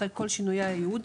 אחרי כל שינויי הייעוד,